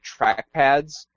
trackpads